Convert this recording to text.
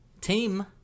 team